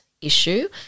issue